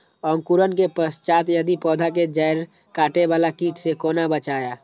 अंकुरण के पश्चात यदि पोधा के जैड़ काटे बाला कीट से कोना बचाया?